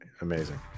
Amazing